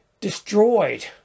destroyed